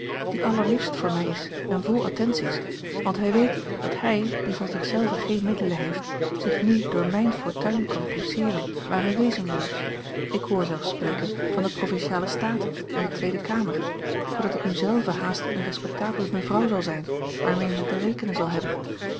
die allerliefst voor mij is en vol attenties want hij weet dat hij die van zich zelven geene middelen heeft zich nu door mijne fortuin kan pousseeren waar hij wezen wil ik hoor zelfs spreken van de provinciale staten en de tweede kamer zoodat ik nu zelve haast eene respectabele mevrouw zal zijn waarmee men te rekenen zal hebben